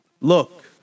look